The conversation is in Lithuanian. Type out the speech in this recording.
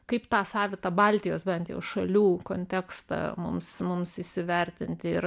kaip tą savitą baltijos bent jau šalių kontekstą mums mums įsivertinti ir